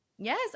Yes